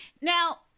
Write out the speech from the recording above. Now